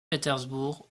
pétersbourg